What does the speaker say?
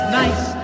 nice